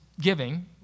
giving